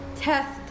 test